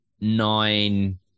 nine